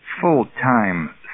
full-time